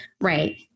Right